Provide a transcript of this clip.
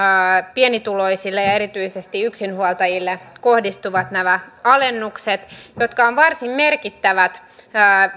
pienituloisille ja ja erityisesti yksinhuoltajille kohdistuvat nämä alennukset jotka ovat varsin merkittävät